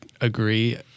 agree